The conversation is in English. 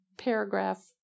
paragraph